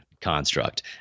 construct